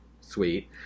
sweet